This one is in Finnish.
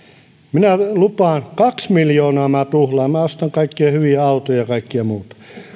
ja lupaan että kaksi miljoonaa tuhlaan ostan kaikkia hyviä autoja ja kaikkea muuta